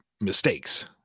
mistakes